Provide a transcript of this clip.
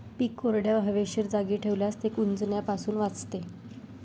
पीक कोरड्या, हवेशीर जागी ठेवल्यास ते कुजण्यापासून वाचते